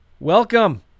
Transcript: Welcome